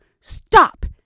stop